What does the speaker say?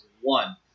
one